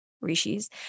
rishis